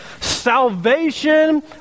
salvation